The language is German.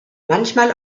manchmal